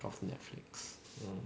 of netflix